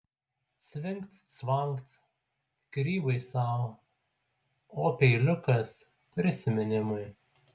cvingt cvangt grybai sau o peiliukas prisiminimui